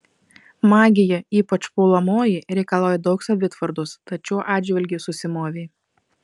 magija ypač puolamoji reikalauja daug savitvardos tad šiuo atžvilgiu susimovei